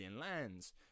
lands